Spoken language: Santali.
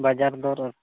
ᱵᱟᱡᱟᱨ ᱫᱚᱨ